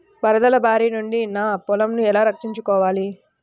వరదల భారి నుండి నా పొలంను ఎలా రక్షించుకోవాలి?